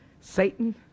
Satan